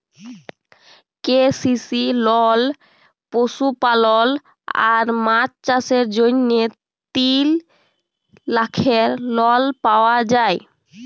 KCC লল পশুপালল আর মাছ চাষের জ্যনহে তিল লাখের লল পাউয়া যায়